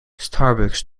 starbucks